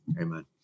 Amen